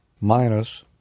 minus